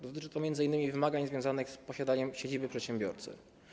Dotyczy to m.in. wymagań związanych z posiadaniem siedziby przedsiębiorcy.